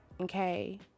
okay